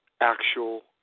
actual